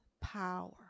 Power